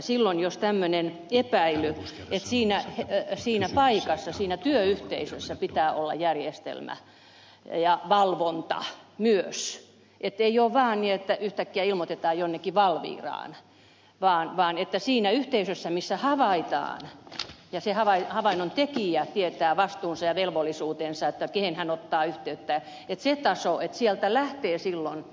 silloin jos tämmönen ja päivi ei siinä on tämmöinen epäily siinä työyhteisössä pitää olla järjestelmä ja valvonta myös ettei ole vaan niin että yhtäkkiä ilmoitetaan jonnekin valviraan vaan että siinä yhteisössä missä havaitaan ja se havainnon tekijä tietää vastuunsa ja velvollisuutensa kehen hän ottaa yhteyttä on se taso että sieltä lähtee silloin